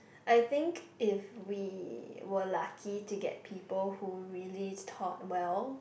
I think if we were lucky to get people who really taught well